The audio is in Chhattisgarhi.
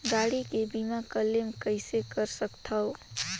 गाड़ी के बीमा क्लेम कइसे कर सकथव?